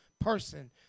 person